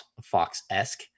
Fox-esque